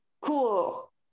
cool